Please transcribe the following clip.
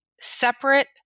separate